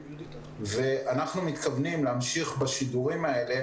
אז אנא ממך ומאנשי משרד החינוך.